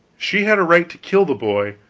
she had a right to kill the boy,